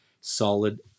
solid